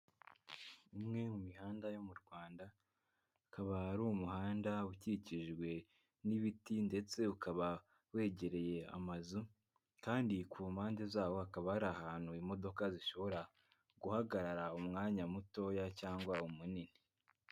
Imwe mu mihanda yo mu Rwanda ukaba ari umuhanda ukikijwe n'ibiti ndetse ukaba wegereye amazu kandi ku mpande zawo hakaba hari ahantu imodoka zishobora guhagarara umwanya mutoya cyangwa umunini.